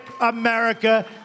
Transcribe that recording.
America